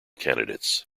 candidates